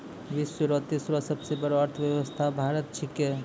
विश्व रो तेसरो सबसे बड़ो अर्थव्यवस्था भारत छिकै